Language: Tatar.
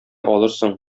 алырсың